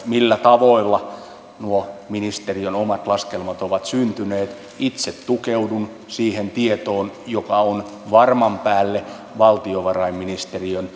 millä tavoilla nuo ministeriön omat laskelmat ovat syntyneet itse tukeudun siihen tietoon joka on varman päälle valtiovarainministeriön